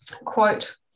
quote